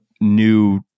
new